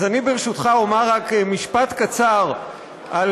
אז אני ברשותך אומר רק משפט קצר על